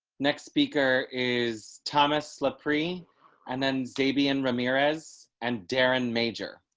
next speaker is thomas slippery and then damien ramirez and darren major